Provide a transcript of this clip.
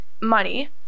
money